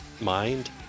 mind